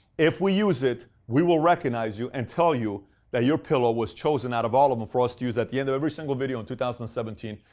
if we use it, we will recognize you and tell you that your pillow was chosen out of all of them for us to use at the end of every single video in two thousand and seventeen.